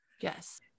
Yes